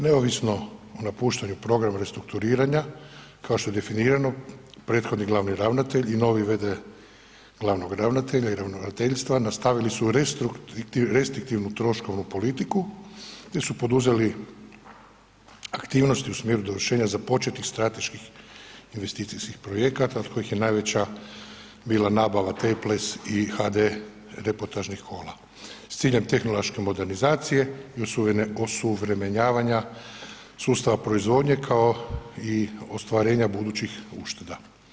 Neovisno o napuštanju programa restrukturiranja kao što je definirano, prethodni glavni ravnatelj i novi v.d. glavnog ravnatelja i ravnateljstva nastavili su restriktivnu troškovnu politiku jer su poduzeli aktivnosti u smjeru dovršenja započetih strateških investicijskih projekata od kojih je najveća bila nabava temples i HD reportažnih kola s ciljem tehnološke modernizacije i osuvremenjavanja sustava proizvodnje kao i ostvarenja budućih ušteda.